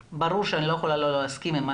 ברור שאני לא יכולה לא להסכים עם מה